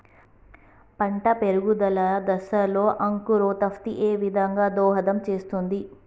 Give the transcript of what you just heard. పంట పెరుగుదల దశలో అంకురోత్ఫత్తి ఏ విధంగా దోహదం చేస్తుంది?